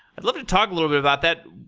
i'd love to talk a little bit about that.